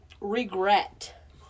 regret